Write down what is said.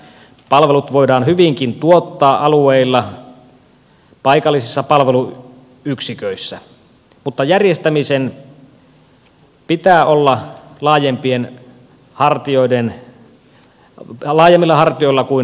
palvelut voidaan hyvinkin tuottaa alueilla paikallisissa palveluyksiköissä mutta järjestämisen pitää olla laajemmilla hartioilla kuin nykyisin